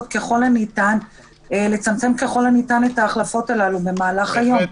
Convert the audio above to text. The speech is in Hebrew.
ככל הניתן לצמצום ההחלפות הללו במהלך היום,